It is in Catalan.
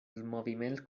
moviments